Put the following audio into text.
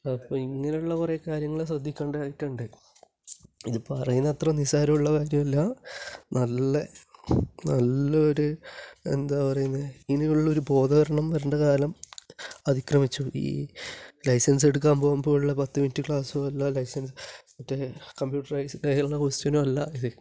അപ്പം ഇങ്ങനെയുള്ള കുറേ കാര്യങ്ങൾ ശ്രദ്ധിക്കേണ്ടതായിട്ടുണ്ട് അത് ഈ പറയുന്ന അത്ര നിസാരമുള്ള കാര്യമല്ല നല്ല നല്ല ഒരു എന്താണ് പറയുന്നത് ഇനിയുള്ളൊരു ബോധവൽകരണം വരണ്ട കാലം അതിക്രമിച്ചു ഈ ലൈസന്സ് എടുക്കാന് പോകുമ്പോഴുള്ള പത്ത് മിനിറ്റ് ക്ലാസ് വല്ല ലൈസെൻസ് മറ്റേ കമ്പ്യൂട്ടറൈസ്ഡ് ചിലപ്പം ക്വസ്റ്റ്യൻ എല്ലാം